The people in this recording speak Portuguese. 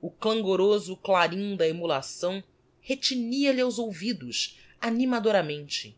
o clangoroso clarim da emulação retinia lhe aos ouvidos animadoramente